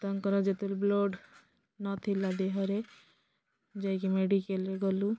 ତାଙ୍କର ଯେତେବେଳେ ବ୍ଲଡ଼୍ ନଥିଲା ଦେହରେ ଯାଇକି ମେଡ଼ିକାଲ୍ ଗଲୁ